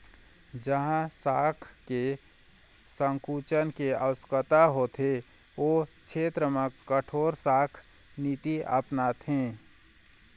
जहाँ शाख के संकुचन के आवश्यकता होथे ओ छेत्र म कठोर शाख नीति अपनाथे